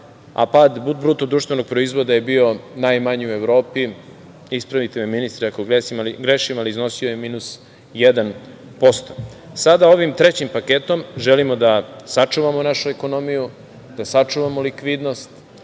a pad bruto društvenog proizvoda je bio najmanji u Evropi, ispravite me, ministre, ako grešim, ali iznosio je minus 1%. Sada ovim trećim paketom želimo da sačuvamo našu ekonomiju, da sačuvamo likvidnost,